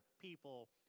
people